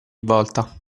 volta